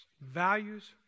Values